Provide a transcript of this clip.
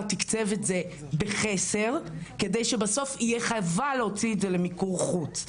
תקצב את זה בחסר כדי שבסוף תהיה חובה להוציא את זה למיקור חוץ.